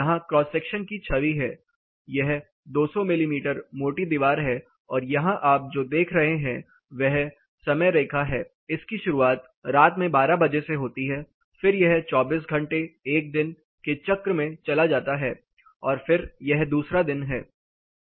यहां cross section की छवि है यह 200 मिमी मोटी दीवार है और यहां आप जो देख रहे हैं वह समय रेखा है इसकी शुरुआत रात में 12 बजे से होती है फिर यह 24 घंटे 1 दिन के चक्र में चला जाता है और फिर यह दूसरा दिन है